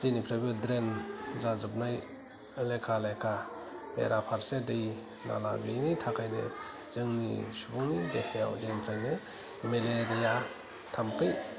जेनिफ्रायबो ड्रेन जाजोबनाय लेखा लेखा बेरा फारसे दै नाला बेनि थाखायनो जोंनि सुबुंनि देहायाव जेनिफ्राइनो मेलेरिया थाम्फै